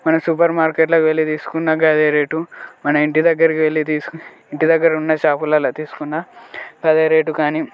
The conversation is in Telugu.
కానీ సూపర్ మార్కెట్లోకి వెళ్ళి తీసుకున్నా గదే రేటు మన ఇంటి దగ్గరకి వెళ్ళి తీసుకు మన ఇంటి దగ్గర ఉన్న షాపులల్లో తీసుకున్నా అదే రేటు కానీ